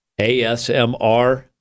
ASMR